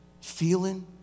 feeling